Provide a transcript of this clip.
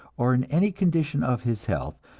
or in any condition of his health,